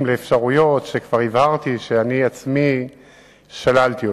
לאפשרויות שכבר הבהרתי שאני עצמי שללתי אותן.